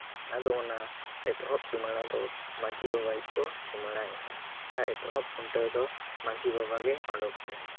ᱟᱫᱚ ᱚᱱᱟ ᱮᱛᱚᱦᱚᱵ ᱪᱩᱢᱟᱹᱲᱟ ᱫᱚ ᱢᱟᱹᱡᱷᱤ ᱵᱟᱵᱟᱭᱤᱡ ᱠᱚ ᱪᱩᱢᱟᱹᱲᱟᱭ ᱭᱟ ᱟᱨ ᱮᱛᱚᱦᱚᱵ ᱠᱷᱩᱱᱴᱟᱹᱣ ᱫᱚ ᱢᱟᱹᱡᱷᱤ ᱵᱟᱵᱟ ᱜᱮ ᱚᱸᱰᱚᱠᱮᱭᱟ